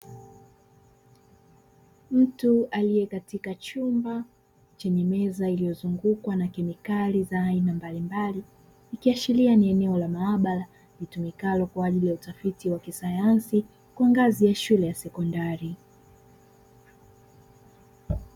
Mtu aliye katika chumba chenye meza iliyozungukwa na kemikali za aina mbalimbali, ikiashiria ni eneo la maabara litumikalo kwa ajili ya utafiti wa kisayansi kwa ngazi ya shule ya sekondari.